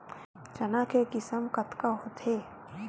चना के किसम कतका होथे?